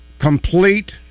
complete